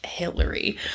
hillary